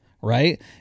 right